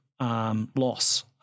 loss